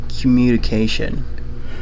communication